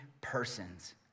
persons